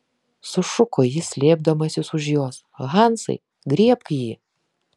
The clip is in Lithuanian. sušuko jis slėpdamasis už jos hansai griebk jį